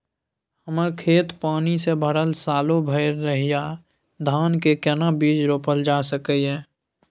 हमर खेत पानी से भरल सालो भैर रहैया, धान के केना बीज रोपल जा सकै ये?